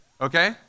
Okay